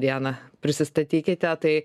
dieną prisistatykite tai